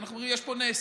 ואנחנו אומרים: יש פה נס.